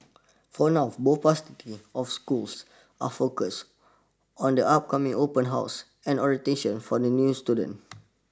for now both pairs of schools are focused on the upcoming open houses and orientation for the new students